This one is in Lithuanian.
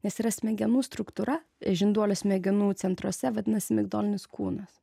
nes yra smegenų struktūra žinduolių smegenų centruose vadinasi migdolinis kūnas